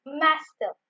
master